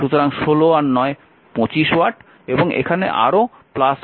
সুতরাং 16 9 25 ওয়াট এবং এখানে আরও 15 ওয়াট